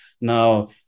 Now